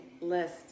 list